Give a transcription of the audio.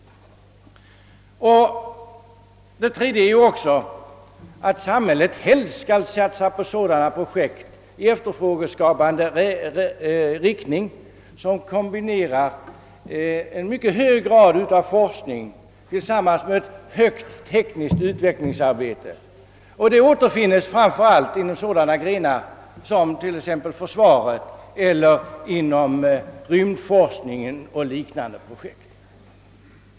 Det betyder också att samhället självt skall satsa på sådana projekt i efterfrågeskapande riktning som kombinerar en mycket hög grad av forskning tillsammans med ett högt tekniskt utvecklingsarbete. Det återfinns framför allt i sådana grenar som t.ex. försvaret, rymdforskningen och liknande projekt.